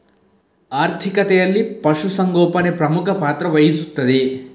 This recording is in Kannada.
ಆರ್ಥಿಕತೆಯಲ್ಲಿ ಪಶು ಸಂಗೋಪನೆ ಪ್ರಮುಖ ಪಾತ್ರ ವಹಿಸುತ್ತದೆ